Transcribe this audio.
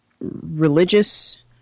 religious